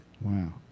Wow